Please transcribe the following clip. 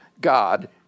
God